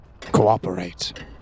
cooperate